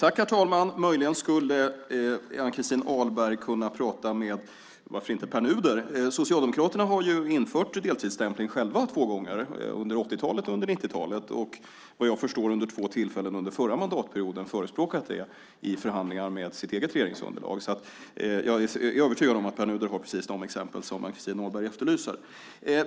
Herr talman! Möjligen skulle Ann-Christin Ahlberg kunna prata med Pär Nuder. Socialdemokraterna har ju själva infört deltidsstämpling två gånger, under 80-talet och under 90-talet. Vad jag förstår har man vid två tillfällen under förra mandatperioden förespråkat det i förhandlingarna med sitt eget regeringsunderlag. Jag är övertygad om att Pär Nuder har precis de exempel som Ann-Christin Ahlberg efterlyser.